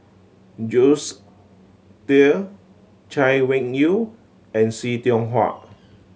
Jules Itier Chay Weng Yew and See Tiong Wah